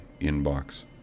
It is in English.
inbox